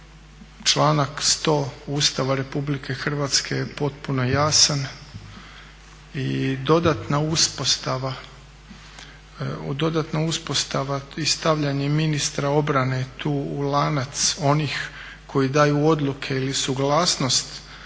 Članak 100. Ustava Republike Hrvatske potpuno je jasan i dodatna uspostava i stavljanje ministra obrane tu u lanac onih koji daju odluke ili suglasnost